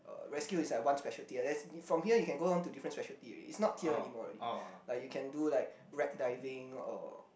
uh rescue is like one ah that's from here you can go on to different specialty already it's not tier anymore already like you can do like wreck diving or